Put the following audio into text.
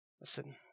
Listen